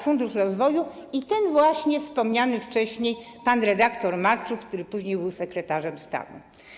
Fundusz rozwoju i właśnie wspomniany wcześniej pan redaktor Marczuk, który później był sekretarzem stanu.